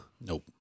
Nope